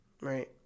right